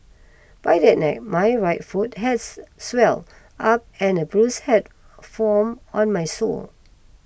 by that night my right foot has swelled up and a bruise had formed on my sole